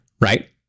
right